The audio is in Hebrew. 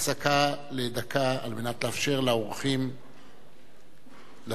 הפסקה לדקה כדי לאפשר לאורחים לצאת,